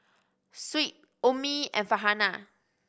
Shuib Ummi and Farhanah